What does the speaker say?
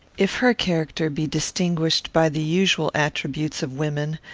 if her character be distinguished by the usual attributes of women,